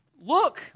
look